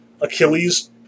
Achilles